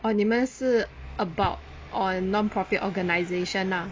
oh 你们的是 about on nonprofit organisation ah